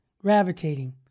gravitating